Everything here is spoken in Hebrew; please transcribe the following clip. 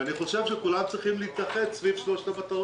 אני חושב שכולם צריכים להתאחד סביב שלוש המטרות האלה.